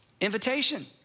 invitation